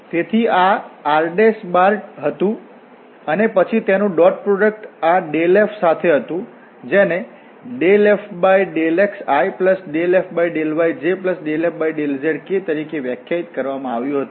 તેથી આ r હતું અને પછી તેનું ડોટ પ્રોડક્ટ આ ∇f સાથે હતું જેને ∂f∂xi∂f∂yj∂f∂zk તરીકે વ્યાખ્યાયિત કરવામાં આવ્યું હતું